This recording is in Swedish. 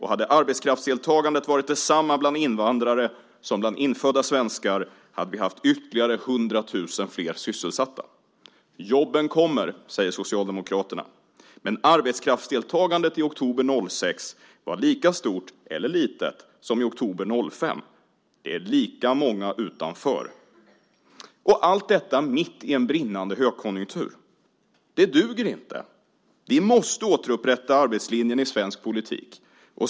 Hade arbetskraftsdeltagandet varit detsamma bland invandrare som bland infödda svenskar hade vi haft ytterligare 100 000 flera sysselsatta. Jobben kommer, säger Socialdemokraterna. Men arbetskraftsdeltagandet i oktober 2006 var lika stort, eller litet, som i oktober 2005. Det är lika många utanför. Allt detta sker mitt i en brinnande högkonjunktur. Det duger inte. Vi måste återupprätta arbetslinjen i svensk politik.